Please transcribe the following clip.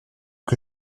que